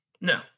No